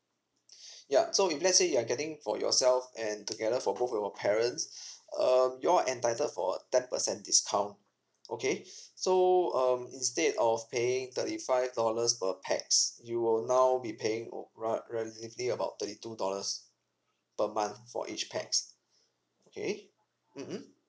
ya so if let's say you are getting for yourself and together for both of your parents um you all are entitled for a ten percent discount okay so um instead of paying thirty five dollars per pax you will now be paying oo ra~ relatively about thirty two dollars per month for each pax okay mm mm